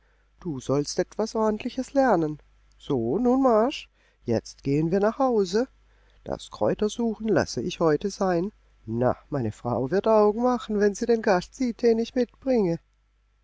du sollst etwas ordentliches lernen so nun marsch jetzt gehen wir nach hause das kräutersuchen lasse ich heute sein na meine frau wird augen machen wenn sie den gast sieht den ich mitbringe